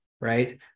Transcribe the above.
right